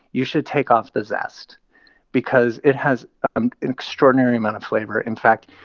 you should take off the zest because it has an extraordinary amount of flavor. in fact,